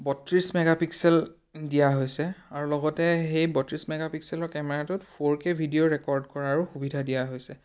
বত্ৰিছ মেগাপিক্সেল দিয়া হৈছে আৰু লগতে সেই বত্ৰিছ মেগাপিক্সেলৰ কেমেৰাটোত ফ'ৰ কে ভিডিঅ' ৰেকৰ্ড কৰাৰো সুবিধা দিয়া হৈছে